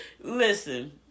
Listen